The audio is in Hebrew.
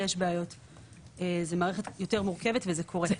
זוהי מערכת יותר מורכבת, וזה קורה.